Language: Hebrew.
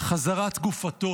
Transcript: חזרת גופתו